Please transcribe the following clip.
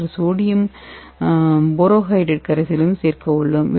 33µl sodium borohydride கரைசலையும் சேர்க்க உள்ளோம்